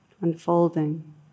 unfolding